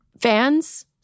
fans